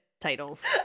titles